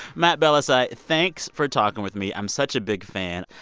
matt bellassai, thanks for talking with me. i'm such a big fan.